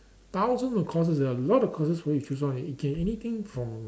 thousands of courses there are a lot of courses for you choose from it can anything from